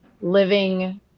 living